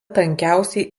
tankiausiai